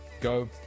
Go